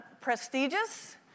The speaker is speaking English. prestigious